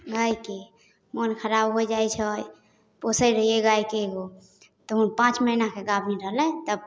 गाइके मोन खराब हो जाइ छै पोसै रहिए गाइके एगो तऽ ओ पाँच महिनाके गाभिन रहलै तब